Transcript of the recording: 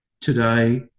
today